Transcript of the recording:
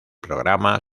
programa